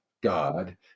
God